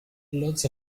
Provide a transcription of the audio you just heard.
lots